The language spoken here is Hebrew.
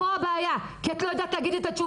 פה הבעיה, כי את לא יודעת להגיד את התשובות.